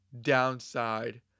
downside